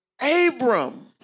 Abram